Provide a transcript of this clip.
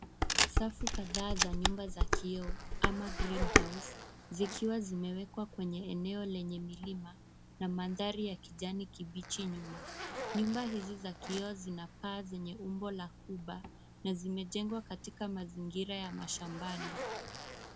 Chafu kadhaa za nyumba ya kioo ama green house zikiwa zimewekwa kwenye eneo lenye milima na mandhari ya kijani kibichi nyuma. Nyumba hizi za kioo zina paa zenye umbo za kuba na zimejengwa katika mazingira ya mashambani.